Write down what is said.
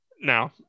Now